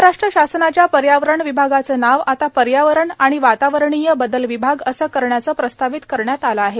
महाराष्ट्र शासनाच्या पर्यावरण विभागाचे नाव आता पर्यावरण आणि वातावरणीय बदल विभाग असे करण्याचे प्रस्तावित करण्यात आले आहे